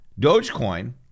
Dogecoin